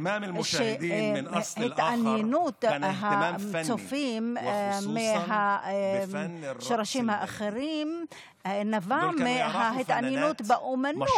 שהתעניינות הצופים בשורשים אחרים נבעה מההתעניינות באומנות,